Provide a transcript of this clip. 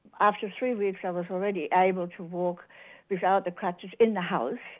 after three weeks i was already able to walk without the crutches in the house,